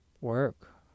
work